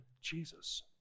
Jesus